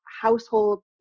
household